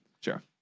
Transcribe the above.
Sure